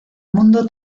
mundo